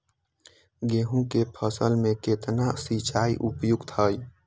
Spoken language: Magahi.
गेंहू के फसल में केतना सिंचाई उपयुक्त हाइ?